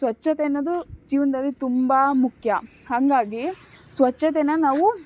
ಸ್ವಚ್ಛತೆ ಅನ್ನೋದು ಜೀವನದಲ್ಲಿ ತುಂಬ ಮುಖ್ಯ ಹಾಗಾಗಿ ಸ್ವಚ್ಛತೆನ ನಾವು